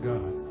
God